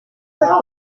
cette